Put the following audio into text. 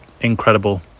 incredible